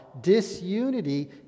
disunity